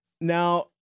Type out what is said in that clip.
Now